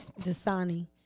Dasani